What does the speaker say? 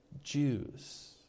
Jews